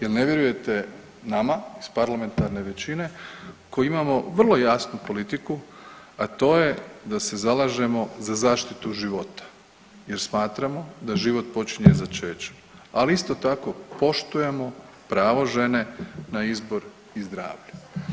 Jel ne vjerujete nama iz parlamentarne većine koji imamo vrlo jasnu politiku, a to je da se zalažemo za zaštitu života jer smatramo da život počinje začećem, ali isto tako poštujemo pravo žene na izbor i zdravlje.